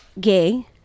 gay